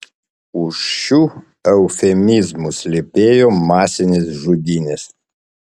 už šių eufemizmų slypėjo masinės žudynės